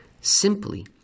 Simply